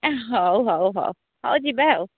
ହଉ ହଉ ହଉ ହଉ ଯିବା ଆଉ